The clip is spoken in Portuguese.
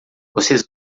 vocês